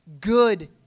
good